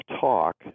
talk